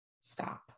Stop